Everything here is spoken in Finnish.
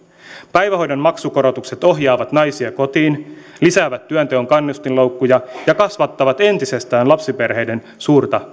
päivähoidon maksukorotukset ohjaavat naisia kotiin lisäävät työnteon kannustinloukkuja ja kasvattavat entisestään lapsiperheiden suurta